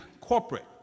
corporate